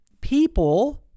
People